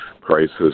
crisis